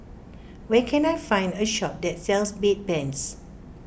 where can I find a shop that sells Bedpans